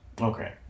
Okay